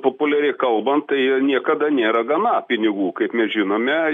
populiariai kalbant tai niekada nėra gana pinigų kaip mes žinome